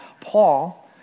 Paul